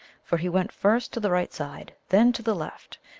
for he went first to the right side, then to the left,